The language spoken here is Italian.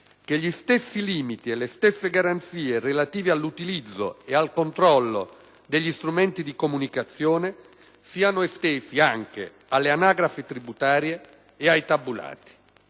che gli stessi limiti e le stesse garanzie relative all'utilizzo e al controllo degli strumenti di comunicazione siano estesi anche alle anagrafiche tributarie e ai tabulati.